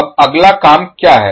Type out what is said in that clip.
अब अगला काम क्या है